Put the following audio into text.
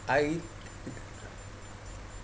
I